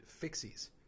fixies